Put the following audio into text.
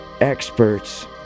experts